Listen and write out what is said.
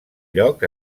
lloc